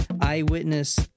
eyewitness